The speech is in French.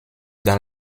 dans